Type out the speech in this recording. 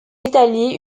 italie